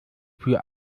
für